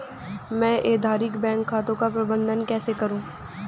मैं एकाधिक बैंक खातों का प्रबंधन कैसे करूँ?